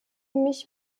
mich